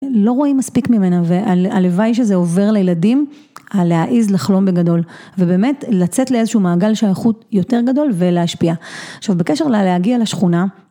לא רואים מספיק ממנה והלוואי שזה עובר לילדים להעיז לחלום בגדול ובאמת לצאת לאיזשהו מעגל שייכות יותר גדול ולהשפיע עכשיו בקשר ללהגיע לשכונה